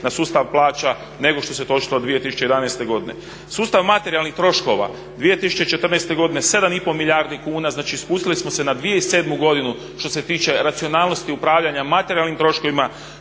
na sustav plaća nego što se trošilo 2011. godine. Sustav materijalnih troškova 2014. godine 7 i pol milijardi kuna, znači spustili smo se na 2007. godinu što se tiče racionalnosti upravljanja materijalnim troškovima